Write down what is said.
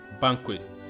Banquet